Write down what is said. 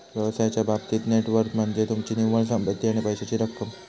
व्यवसायाच्या बाबतीत net worth म्हनज्ये तुमची निव्वळ संपत्ती आणि पैशाची रक्कम